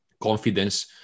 Confidence